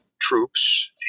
troops